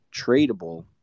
tradable